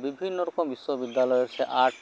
ᱵᱤᱵᱷᱤᱱᱱᱚ ᱨᱚᱠᱚᱢ ᱵᱤᱥᱥᱚ ᱵᱤᱫᱽᱫᱟᱞᱚᱭ ᱥᱮ ᱟᱨᱴ